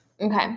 Okay